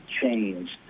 changed